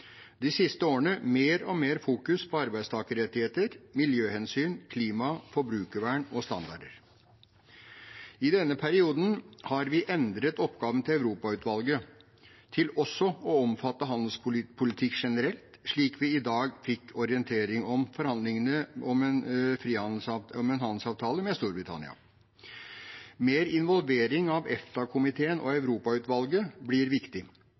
de siste årene mer og mer fokus på arbeidstakerrettigheter, miljøhensyn, klima, forbrukervern og standarder. I denne perioden har vi endret oppgaven til Europautvalget til også å omfatte handelspolitikk generelt, slik vi i dag fikk en orientering om forhandlingene om en handelsavtale med Storbritannia. Mer involvering av EFTA-komiteen og Europautvalget blir viktig,